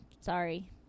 sorry